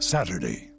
Saturday